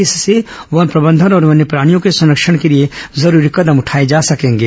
इससे वन प्रबंधन और वन्यप्राणियों के संरक्षण के लिए जरूरी कदम उठाए जा सकेंगे